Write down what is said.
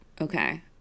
Okay